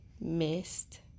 missed